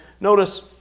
Notice